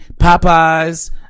Popeyes